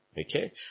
Okay